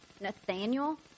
Nathaniel